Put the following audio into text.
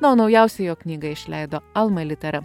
na o naujausią jo knygą išleido alma litera